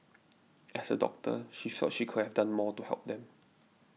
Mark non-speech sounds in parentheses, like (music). (noise) as a doctor she saw she could have done more to help them